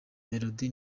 melody